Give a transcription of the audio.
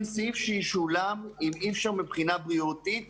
אין סעיף שישולם אם אי אפשר מבחינה בריאותית